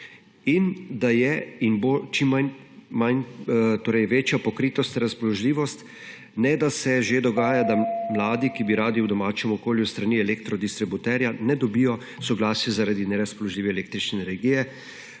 in da je in bo čim večja pokritost, razpoložljivost, ne, da se že dogaja, da mladi, ki bi to radi, v domačem okolju s strani elektro distributerja ne dobijo soglasja zaradi nerazpoložljive električne energije,